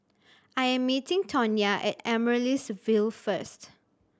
I am meeting Tonya at Amaryllis Ville first